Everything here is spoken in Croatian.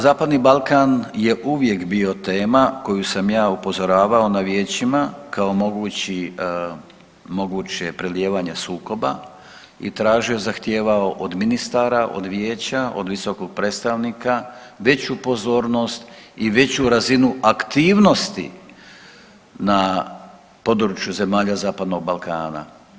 Zapadni Balkan je uvijek bio tema koju sam ja upozoravao na vijećima kao moguće prelijevanje sukoba i tražio, zahtijevao od ministara, od vijeća, od visokog predstavnika veću pozornost i veću razinu aktivnosti na području zemalja Zapadnog Balkana.